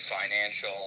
financial